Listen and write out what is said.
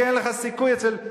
כי אין לך סיכוי אצל,